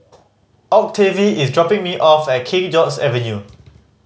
Octavie is dropping me off at King George's Avenue